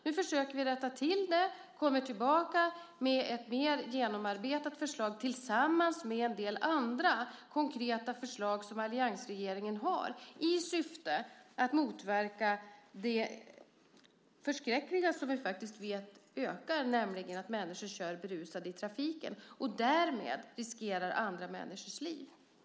Vi kommer att komma tillbaka med ett mer genomarbetat förslag tillsammans med en del andra konkreta förslag som alliansregeringen har, i syfte att motverka det förskräckliga faktum att antalet människor som kör berusade i trafiken och därmed riskerar andra människors liv ökar.